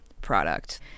product